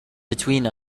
between